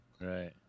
Right